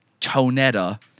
tonetta